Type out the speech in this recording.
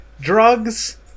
Drugs